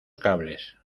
cables